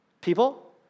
people